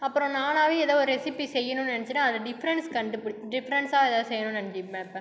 அப்புறம் நானாகவே ஏதோ ஒரு ரெசிபி செய்யணுன்னு நினச்சேனா அதில் டிஃப்ரென்ஸ் கண்டுபிடி டிஃப்ரென்டா ஏதாவது செய்யணுன்னு நினச்சிபாப்பேன்